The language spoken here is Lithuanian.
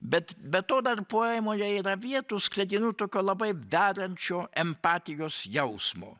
bet be to dar poemoje yra vietų sklidinų tokio labai derančio empatijos jausmo